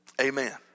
Amen